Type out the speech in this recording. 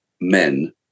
men